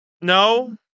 no